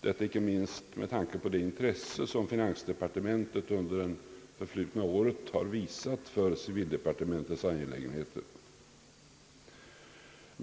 detta icke minst med tanke på det intresse som finansdepartementet under det förflutna året visat för civildepartementets angelägenheter.